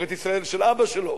ארץ-ישראל של אבא שלו,